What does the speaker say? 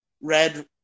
Red